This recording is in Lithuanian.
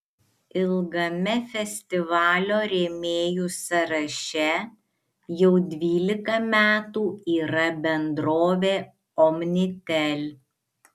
ilgame festivalio rėmėjų sąraše jau dvylika metų yra bendrovė omnitel